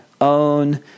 own